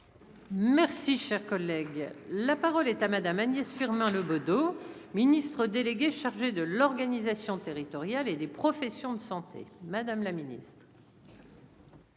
Merci, cher collègue, la parole est à Madame Agnès Firmin Le Bodo Ministre délégué chargé de l'organisation territoriale et des professions de santé, Madame la Ministre.